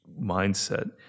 mindset